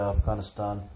Afghanistan